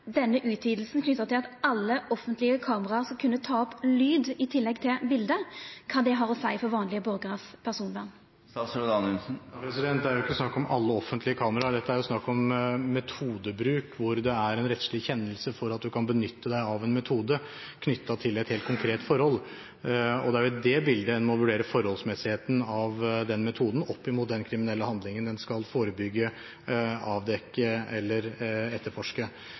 denne utvidinga knytt til at alle offentlege kamera skal kunna ta opp lyd i tillegg til bilete. Kva har det å seia for personvernet til vanlege borgarar? Det er jo ikke snakk om alle offentlige kameraer. Det er snakk om metodebruk, hvor det er en rettslig kjennelse for at en kan benytte seg av en metode knyttet til et helt konkret forhold. Det er i det bildet en må vurdere forholdsmessigheten av den metoden opp mot den kriminelle handlingen den skal forebygge, avdekke eller etterforske.